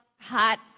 hot